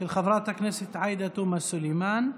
של חברת הכנסת עאידה תומא סלימאן ואחרים.